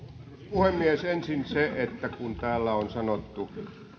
puhemies ensin se että kun täällä on sanottu